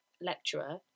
lecturer